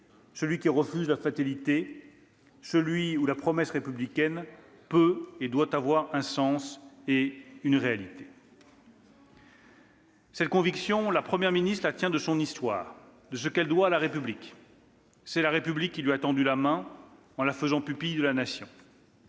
celui qui refuse la fatalité ; celui où la promesse républicaine peut et doit avoir un sens et une réalité. « Cette conviction, je la tiens de mon histoire, de ce que je dois à la République. « C'est la République qui m'a tendu la main en me faisant pupille de la Nation.